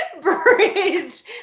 bridge